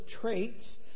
traits